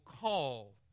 call